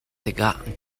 tikah